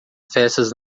festas